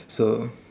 so